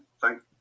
thank